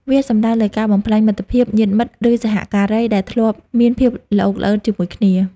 វាសំដៅលើការបំផ្លាញមិត្តភាព ញាតិមិត្ត ឬសហការី ដែលធ្លាប់មានភាពល្អូកល្អឺនជាមួយគ្នា។